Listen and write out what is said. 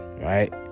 right